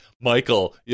Michael